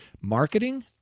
marketing